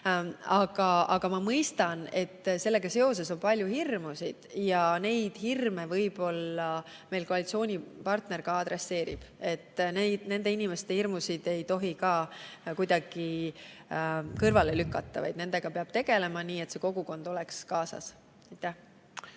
Aga ma mõistan, et sellega seoses on palju hirmusid ja neid hirme võib-olla meie koalitsioonipartner ka adresseerib. Nende inimeste hirmusid ei tohi aga kuidagi kõrvale lükata, vaid nendega peab tegelema nii, et kogukond oleks kaasatud.